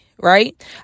Right